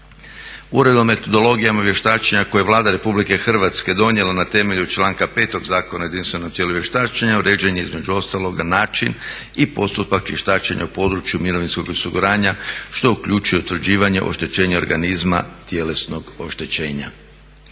Uredbom o metodologijama vještačenja koje Vlada Republike Hrvatske donijela na temelju članka 5. Zakona o jedinstvenom tijelu vještačenja uređen je između ostaloga način i postupak vještačenja u području mirovinskog osiguranja što uključuje utvrđivanje oštećenja organizma tjelesnog oštećenja.